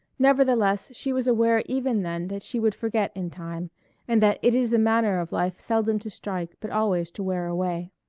nevertheless, she was aware even then that she would forget in time and that it is the manner of life seldom to strike but always to wear away.